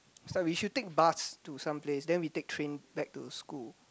it's like we should take bus to some place then we take train back to school